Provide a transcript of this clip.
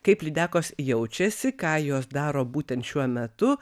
kaip lydekos jaučiasi ką jos daro būtent šiuo metu